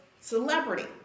celebrity